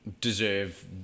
deserve